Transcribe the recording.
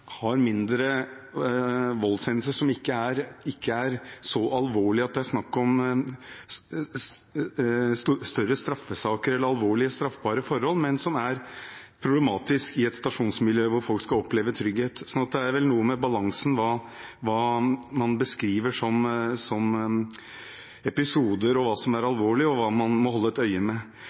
mindre voldshendelser som ikke er så alvorlige at det er snakk om større straffesaker eller alvorlige straffbare forhold, men som er problematiske i et stasjonsmiljø hvor folk skal oppleve trygghet. Så det er vel noe med balansen når det gjelder hva man beskriver som episoder, hva som er alvorlig, og hva man må holde et øye med.